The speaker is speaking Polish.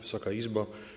Wysoka Izbo!